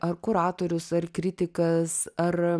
ar kuratorius ar kritikas ar